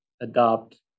adopt